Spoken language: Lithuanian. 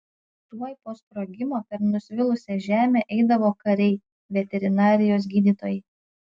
tuoj po sprogimo per nusvilusią žemę eidavo kariai veterinarijos gydytojai